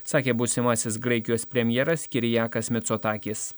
sakė būsimasis graikijos premjeras kirijakas micotakis